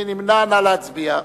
נא להצביע.